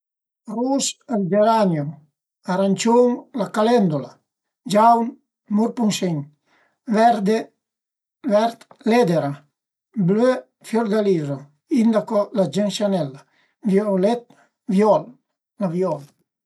Rus ël geranio, aranciun la calendula, giaun murpunsin, verde vert l'edera, blö fiordalizo, indaco la gensianella, vioulèt viola la viola